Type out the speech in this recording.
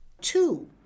two